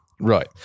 Right